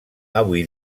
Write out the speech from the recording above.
avui